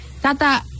Tata